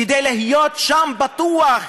כדי להיות שם בטוחים,